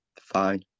fine